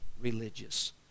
religious